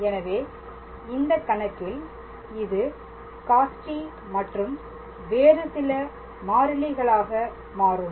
எனவே இந்த கணக்கில் இது cost மற்றும் வேறு சில மாறிலிகளாக மாறும்